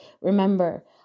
Remember